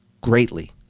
greatly